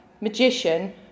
magician